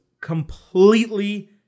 completely